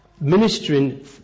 ministering